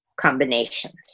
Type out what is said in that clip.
combinations